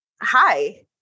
hi